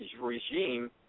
regime